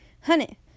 honey